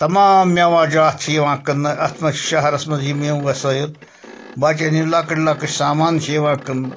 تمام مٮ۪وا جات چھِ یِوان کٕنٛنہٕ اَتھ مَنٛز چھِ شَہرَس مَنٛز یِم یِم وَسٲیِل بَچَن ہِنٛدۍ لۄکٕٹۍ لۄکٕٹۍ سامان چھِ یِوان کٕنٛنہٕ